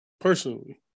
personally